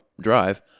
Drive